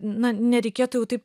na nereikėtų jau taip